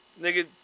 Nigga